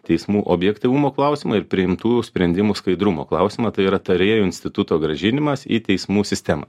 teismų objektyvumo klausimą ir priimtų sprendimų skaidrumo klausimą tai yra tarėjų instituto grąžinimas į teismų sistemą